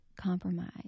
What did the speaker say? compromise